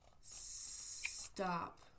Stop